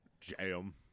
Jam